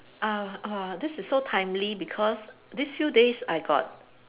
a'ah this is so timely because these few days I got